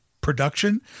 production